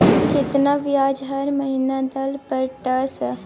केतना ब्याज हर महीना दल पर ट सर?